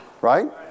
Right